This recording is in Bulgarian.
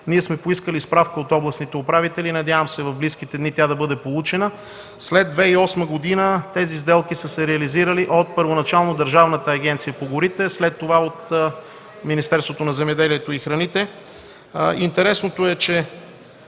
Ние сме поискали справки от областните управители. Надявам се в близките дни тя да бъде получена. След 2008 г. тези сделки са се реализирали първоначално от Държавната агенция по горите, а след това от Министерството на земеделието и храните. Интересното е, че